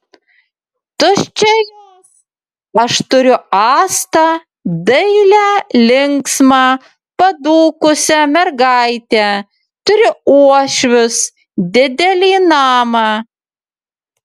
tuščia jos aš turiu astą dailią linksmą padūkusią mergaitę turiu uošvius didelį namą